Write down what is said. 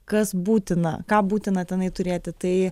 kas būtina ką būtina tenai turėti tai